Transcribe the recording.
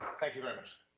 thank you very much.